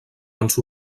ens